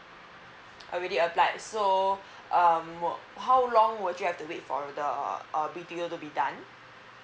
already applied so um how long would you have to wait for the uh B_T_O to be done